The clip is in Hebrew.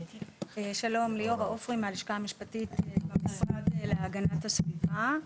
שלום, אני מהלשכה המשפטית במשרד להגנת הסביבה.